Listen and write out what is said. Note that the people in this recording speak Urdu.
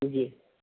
جی